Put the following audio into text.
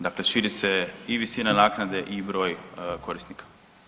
Dakle, širi se i visina naknade i broj korisnika.